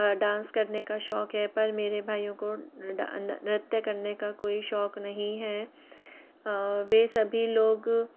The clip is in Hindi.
डांस करने का शौक़ है पर मेरे भाइयों को डा नृत्य करने का कोई शौक़ नहीं हैं वे सभी लोग